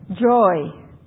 joy